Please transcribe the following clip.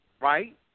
right